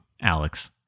Alex